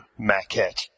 maquette